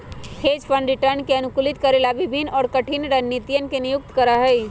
hedge fund return के अनुकूलित करे ला विभिन्न और कठिन रणनीतियन के नियुक्त करा हई